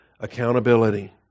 accountability